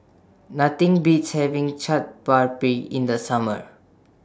Nothing Beats having Chaat Papri in The Summer